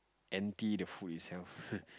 anti the food itself